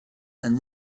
and